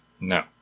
no